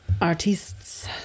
artists